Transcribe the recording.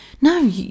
no